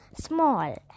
small